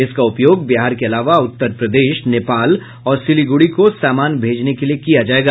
इसका उपयोग बिहार के अलावा उत्तर प्रदेश नेपाल और सिलिगुड़ी को सामान भेजने के लिए किया जायेगा